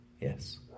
Yes